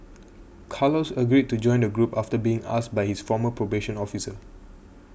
carlos agreed to join the group after being asked by his former probation officer